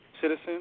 citizen